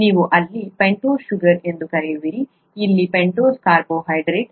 ನೀವು ಇಲ್ಲಿ pentose sugar ಎಂದು ಕರೆಯುವಿರಿ ಇಲ್ಲಿ ಪೆಂಟೋಸ್ ಕಾರ್ಬೋಹೈಡ್ರೇಟ್